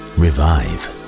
revive